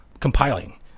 compiling